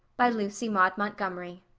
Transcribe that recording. by lucy maud montgomery